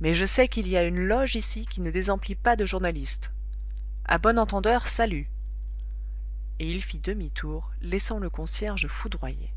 mais je sais qu'il y a une loge ici qui ne désemplit pas de journalistes a bon entendeur salut et il fit demi-tour laissant le concierge foudroyé